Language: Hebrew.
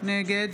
נגד